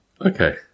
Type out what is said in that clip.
okay